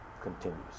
continues